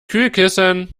kühlkissen